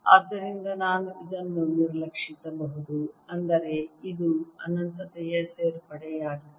ಆದ್ದರಿಂದ ನಾನು ಇದನ್ನು ನಿರ್ಲಕ್ಷಿಸಬಹುದು ಅಂದರೆ ಇದು ಅನಂತತೆಯ ಸೇರ್ಪಡೆಯಾಗಿದೆ